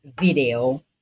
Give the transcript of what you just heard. video